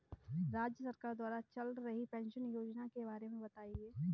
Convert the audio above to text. राज्य सरकार द्वारा चल रही पेंशन योजना के बारे में बताएँ?